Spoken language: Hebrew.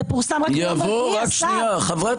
זה פורסם רק ביום רביעי, השר.